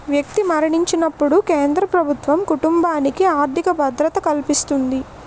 వ్యక్తి మరణించినప్పుడు కేంద్ర ప్రభుత్వం కుటుంబానికి ఆర్థిక భద్రత కల్పిస్తుంది